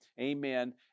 amen